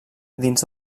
dins